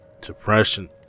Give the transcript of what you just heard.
depression